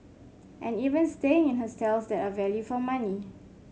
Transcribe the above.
and even staying in hostels that are value for money